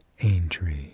Aintree